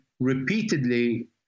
Repeatedly